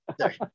Sorry